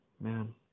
man